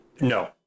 No